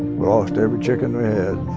we lost every chicken we had.